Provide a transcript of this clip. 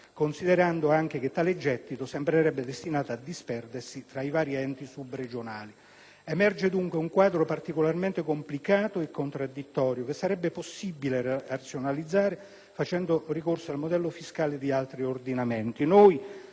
considerando anche che tale gettito sembrerebbe destinato a disperdersi tra i vari enti subregionali. Emerge, dunque, un quadro particolarmente complicato e contraddittorio che sarebbe possibile razionalizzare facendo ricorso al modello fiscale di altri ordinamenti.